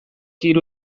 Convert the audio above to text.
hiru